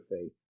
faith